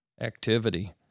activity